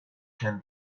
can